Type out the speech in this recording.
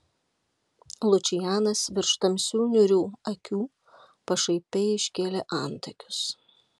lučianas virš tamsių niūrių akių pašaipiai iškėlė antakius